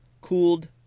cooled